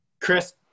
Chris